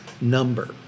number